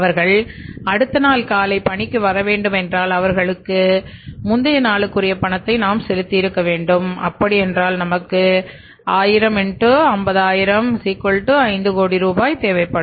அவர்கள் அடுத்த நாள் காலை பணிக்கு வர வேண்டும் என்றால் அவர்களுக்கும் முந்தைய நாளுக்குரிய பணத்தை நாம் செலுத்தி இருக்க வேண்டும் அப்படி என்றால் நமக்கு 1000x50000 5 கோடி ரூபாய் தேவை படும்